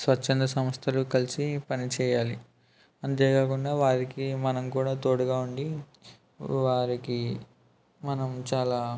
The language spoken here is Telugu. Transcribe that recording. స్వచ్చంధ సంస్థలు కలిసి పనిచేయాలి అంతేకాకుండా వారికి మనం కూడా తోడుగా ఉండి వారికి మనం చాలా